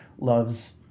loves